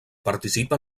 participa